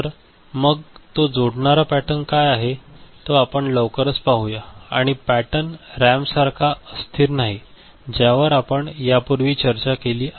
तर मग तो जोडणारा पॅटर्न काय आहे तो आपण लवकरच पाहूया आणि हा पॅटर्न रॅम सारखा अस्थिर नाही ज्यावर आपण यापूर्वी चर्चा केली आहेत